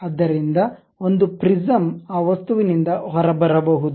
ಆದ್ದರಿಂದ ಒಂದು ಪ್ರಿಸ್ಮ್ ಆ ವಸ್ತುವಿನಿಂದ ಹೊರಬರಬಹುದು